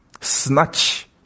snatch